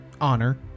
honor